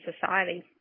society